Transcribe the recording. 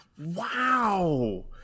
wow